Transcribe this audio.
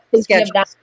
Schedule